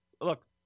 Look